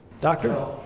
Doctor